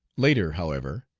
later, however,